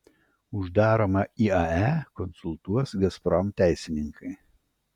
uždaromą iae konsultuos gazprom teisininkai